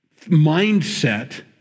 mindset